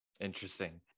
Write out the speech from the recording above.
Interesting